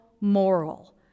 moral